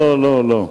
לא, לא, לא.